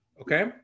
Okay